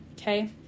okay